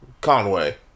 Conway